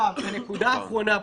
הנקודה האחרונה פה,